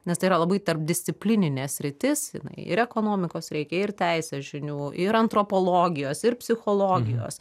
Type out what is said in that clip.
nes tai yra labai tarpdisciplininė sritis ir ekonomikos reikia ir teisės žinių ir antropologijos ir psichologijos